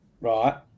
Right